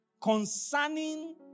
concerning